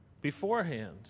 beforehand